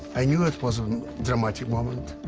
i knew it was a dramatic moment.